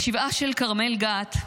בשבעה של כרמל גת,